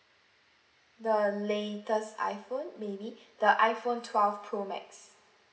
the latest iPhone maybe the iPhone twelve pro max